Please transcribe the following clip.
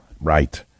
right